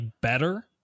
better